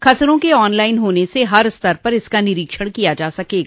खसरों के online होने से हर स्तर पर इसका निरीक्षण किया जा सकेगा